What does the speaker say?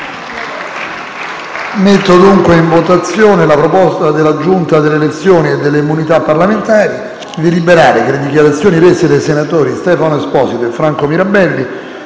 scrutinio simultaneo della proposta della Giunta delle elezioni e delle immunità parlamentari di deliberare che le dichiarazioni rese dai senatori Stefano Esposito e Franco Mirabelli